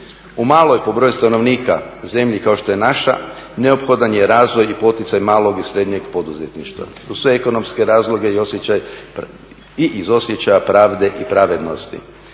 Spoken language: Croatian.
u maloj po broju stanovnika zemlji kao što je naša neophodan je razvoj i poticaj malog i srednjeg poduzetništva, uz sve ekonomske razloge i iz osjećaja pravde i pravednosti.